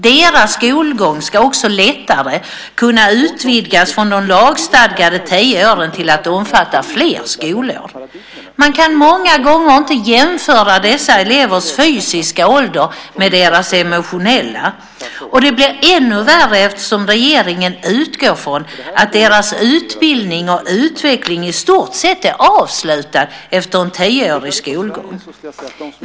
Deras skolgång ska också lättare kunna utvidgas från de lagstadgade tio åren till att omfatta fler skolor. Man kan många gånger inte jämföra dessa elevers fysiska ålder med deras emotionella, och det blir ännu värre eftersom regeringen utgår från att deras utbildning och utveckling i stort sett är avslutad efter en tioårig skolgång.